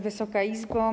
Wysoka Izbo!